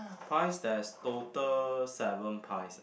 pies there's total seven pies